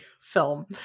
film